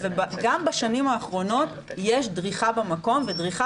וגם בשנים האחרונות יש דריכה במקום ודריכה